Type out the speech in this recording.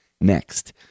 Next